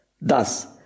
thus